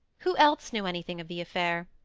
who else knew anything of the affair?